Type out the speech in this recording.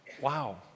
wow